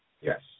Yes